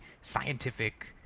scientific